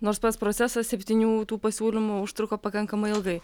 nors pats procesas septynių tų pasiūlymų užtruko pakankamai ilgai